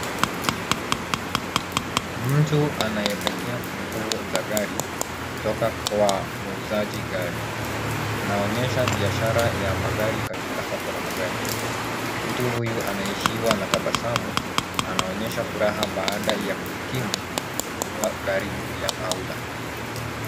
Mtu anayepokea funguo za gari kutoka kwa muuzaji gari anaonyesha biashara ya magari katika soko la magari .Mtu huyu anaishiwa na tabasamu anaonyesha furaha baada ya kuhitimu kununua gari au la pili.